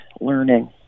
learning